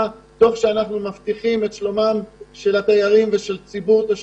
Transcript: שאנחנו מבטיחים את שלום הציבור ובריאותו.